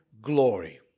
glory